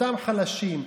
אותם חלשים,